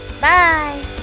Bye